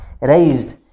raised